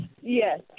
Yes